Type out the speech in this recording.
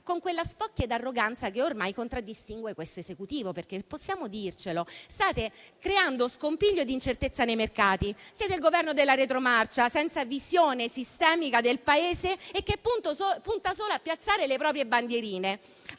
con quella spocchia e arroganza che ormai contraddistinguono questo Esecutivo, perché - possiamo dircelo - state creando scompiglio e incertezza nei mercati; siete il Governo della retromarcia, senza visione sistemica del Paese, che punta solo a piazzare le proprie bandierine.